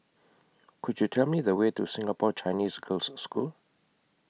Could YOU Tell Me The Way to Singapore Chinese Girls' School